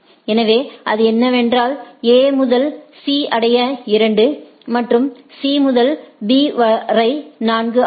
எனவே அது என்னவென்றால் A முதல் C ஐ அடைய 2 மற்றும் C முதல் B வரை 4 ஆகும்